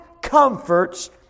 comforts